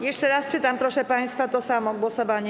Jeszcze raz czytam, proszę państwa, to samo głosowanie.